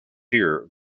here